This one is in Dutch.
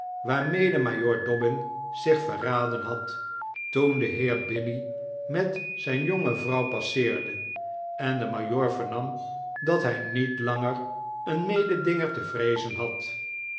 waarmede majoor dobbin zich verraden had toen de heer binny met zijn jonge vrouw passeerde en de majoor vernam dat hij niet langer een mededinger te vreezen had